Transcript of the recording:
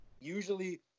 Usually